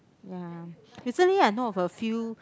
ya recently I know of a few